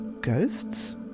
ghosts